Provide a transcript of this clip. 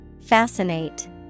Fascinate